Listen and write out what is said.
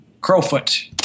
Crowfoot